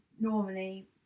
normally